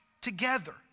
together